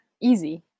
Easy